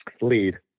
Lead